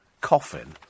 coffin